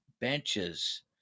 benches